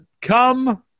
come